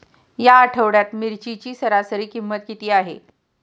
या आठवड्यात मिरचीची सरासरी किंमत किती आहे?